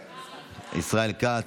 השר ישראל כץ,